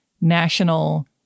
national